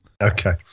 Okay